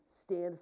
stand